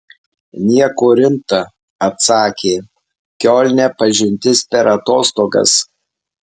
nieko rimta atsakė kiolne pažintis per atostogas